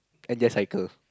and just cycle